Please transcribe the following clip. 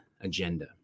agenda